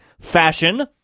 fashion